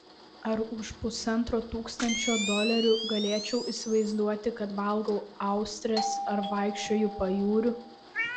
ar už pusantro tūkstančio dolerių galėčiau įsivaizduoti kad valgau austres ar vaikščioju pajūriu